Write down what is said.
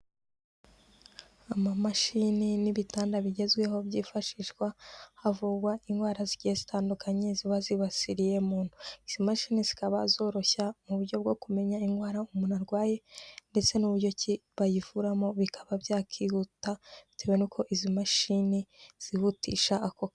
Amamashini n'ibitanda bigezweho byifashishwa havurwa indwara zigiye zitandukanye ziba zibasiriye. Izi mashini zikaba zoroshya mu buryo bwo kumenya indwara umuntu arwaye ndetse n'uburyo bayivuramo bikaba byakihuta bitewe n'uko izi mashini zihutisha ako kazi.